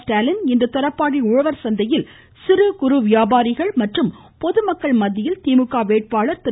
ஸ்டாலின் இன்று தொரப்பாடி உழவர் சந்தையில் சிறு குறு வியாபாரிகள் மற்றும் பொதுமக்கள் மத்தியில் திமுக வேட்பாளர் திரு